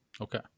okay